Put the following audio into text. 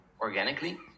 organically